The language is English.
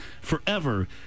forever